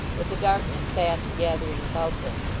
with the darkness fast gathering about them,